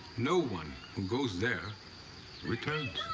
no one who goes there returns.